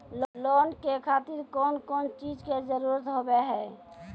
Loan के खातिर कौन कौन चीज के जरूरत हाव है?